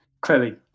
clearly